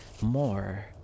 more